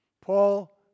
Paul